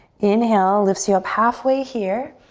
inhale lifts you up halfway here.